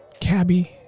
cabbie